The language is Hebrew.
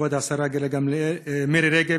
כבוד השרה מירי רגב,